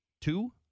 Two